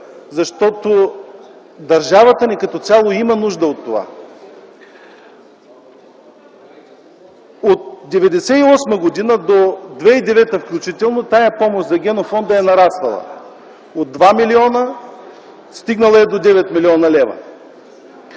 защото държавата ни като цяло има нужда от това. От 1998 г. до 2009 г. включително тази помощ за генофонда е нараснала – от 2 милиона е стигнала до 9 млн. лв.